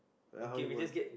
then how you want